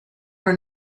her